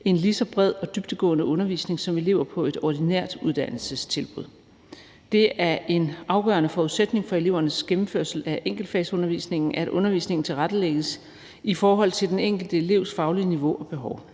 en lige så bred og dybdegående undervisning som elever på et ordinært uddannelsestilbud. Det er en afgørende forudsætning for elevernes gennemførelse af enkeltfagsundervisningen, at undervisningen tilrettelægges i forhold til den enkelte elevs faglige niveau og behov.